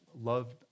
loved